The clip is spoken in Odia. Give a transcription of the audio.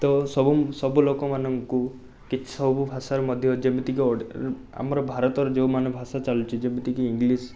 ତ ସବୁ ସବୁ ଲୋକମାନଙ୍କୁ କିଛି ସବୁ ଭାଷାର ମଧ୍ୟ ଯେମିତିକି ଓଡ଼ି ଆମର ଭାରତର ଯେଉଁମାନ ଭାଷା ଚାଲୁଛି ଯେମିତିକି ଇଂଲିଶ୍